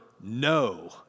no